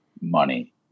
money